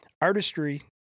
artistry